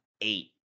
eight